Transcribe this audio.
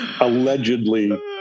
allegedly